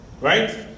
Right